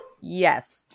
Yes